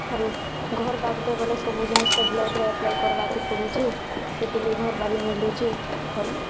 ଆରୁ ଘର୍ ବାବଦେ ବୋଲେ ସବୁଜିନିଷ୍ ତ ବ୍ଲକ୍ରେ ଆପ୍ଲାଏ କର୍ବାକେ ପଡ଼ୁଛି ସେଥିର୍ ଲାଗି ଘରବାରି ମିଲୁଛି ଘର୍